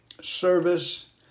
service